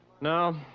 No